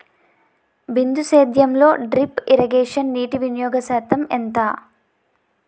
బిందు సేద్యంలో drip irrigation నీటివినియోగ శాతం ఎంత?